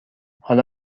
حالا